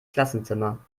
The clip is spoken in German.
klassenzimmer